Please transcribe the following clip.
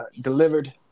delivered